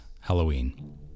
Halloween